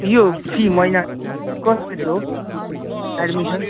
यो फी महिनाको चाहिँ कसरी हो एडमिसन